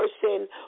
person